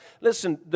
listen